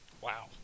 Wow